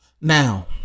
Now